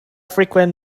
frequent